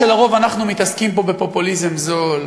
שלרוב אנחנו מתעסקים פה בפופוליזם זול,